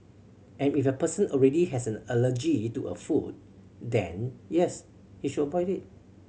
and if a person already has an allergy to a food then yes he should avoid it